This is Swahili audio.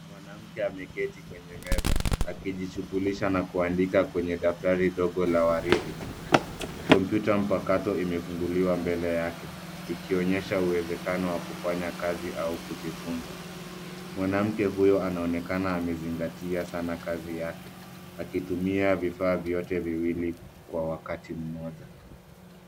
Mwanamke ameketi kwenye meza akijishughulisha na kuandika kwenye daftari dogo la waridi . Kompyuta mpakato imefunguliwa mbele yake ikionyesha uwezekano wa kufanya kazi au kujifunza. Mwanamke huyu anaonekana amezingatia sana kazi yake akitumia vifaa vyote viwili kwa wakati moja.